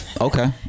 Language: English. okay